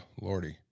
Lordy